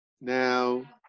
Now